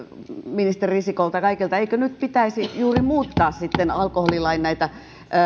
ministeri risikolta ja kaikilta eikö nyt pitäisi juuri muuttaa sitten näitä alkoholilain